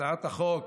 הצעת החוק